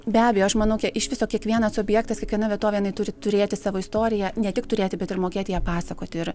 be abejo aš manau iš viso kiekvienas objektas kiekviena vietovė turi turėti savo istoriją ne tik turėti bet ir mokėti ją pasakoti ir